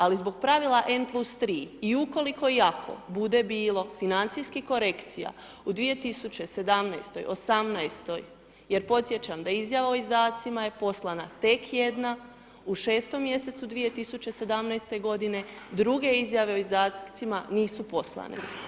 Ali zbog pravila M + 3 i ukoliko i ako bude bilo financijskih korekcija u 2017., 2018. jer podsjećam da izjava o izdacima je poslana tek jedna u 6. mjesecu 2017. godine, druge izjave o izdacima nisu poslane.